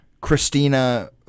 Christina